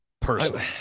Personally